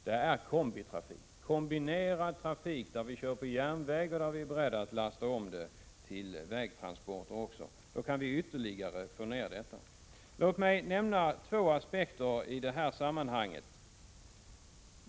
Det gäller kombinerad trafik där vi kör på järnväg och där vi är beredda att lasta om till vägtransporter. Vi kan då ytterligare få ned transporttiderna. Låt mig nämna två aspekter i det här sammanhanget.